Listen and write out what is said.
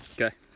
Okay